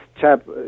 chap